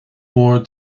mhór